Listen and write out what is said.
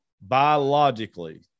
biologically